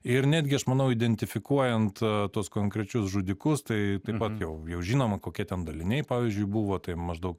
ir netgi aš manau identifikuojant tuos konkrečius žudikus tai taip pat jau jau žinoma kokie ten daliniai pavyzdžiui buvo tai maždaug